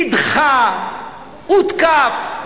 נדחה, הותקף.